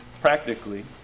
Practically